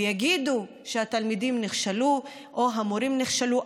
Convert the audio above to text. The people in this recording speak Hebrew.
יגידו שהתלמידים נכשלו או המורים נכשלו,